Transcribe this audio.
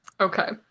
Okay